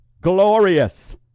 Glorious